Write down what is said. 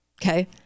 Okay